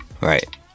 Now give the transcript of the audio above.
right